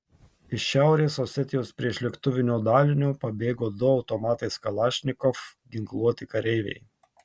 iš šiaurės osetijos priešlėktuvinio dalinio pabėgo du automatais kalašnikov ginkluoti kareiviai